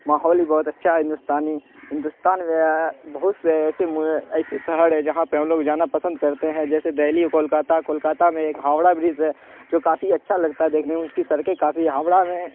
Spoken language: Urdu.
ماحول بھی بہت اچھا ہے ہندوستانی ہندوستان میں بہت سے ایسے ایسی شہر ہے جہاں پہ ہم لوگ جانا پسند کرتے ہیں جیسے دہلی و کولکاتہ کولکاتہ میں ایک ہاوڑا برج ہے جو کافی اچھا لگتا ہے دیکھنے میں اس کی سڑکیں کافی ہاوڑا میں